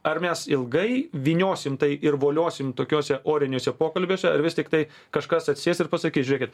ar mes ilgai vyniosim tai ir voliosim tokiose oriniuose pokalbiuose ar vis tiktai kažkas atsisės ir pasakys žiūrėkit